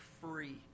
free